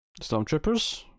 Stormtroopers